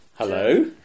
Hello